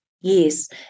Yes